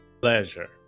Pleasure